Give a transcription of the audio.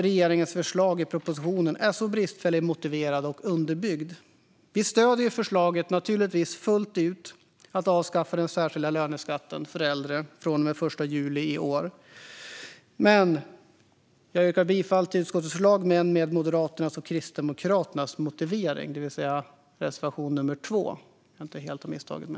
Regeringens förslag i propositionen är bristfälligt motiverat och underbyggt. Vi stöder naturligtvis fullt ut förslaget om att avskaffa den särskilda löneskatten för äldre från och med den 1 juli i år. Men jag yrkar bifall till utskottets förslag med Moderaternas och Kristdemokraternas motivering, det vill säga till reservation 2.